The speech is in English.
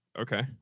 okay